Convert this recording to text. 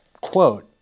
quote